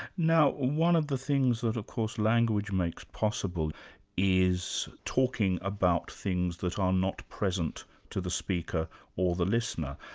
now, one of the things that of course language makes possible is talking about things that are not present to the speaker or the listener,